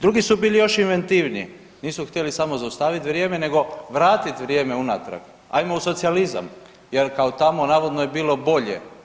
Drugi su bili još inventivniji, nisu htjeli samo zaustavit vrijeme nego vratit vrijeme unatrag, ajmo u socijalizam jer kao tamo navodno je bilo bolje.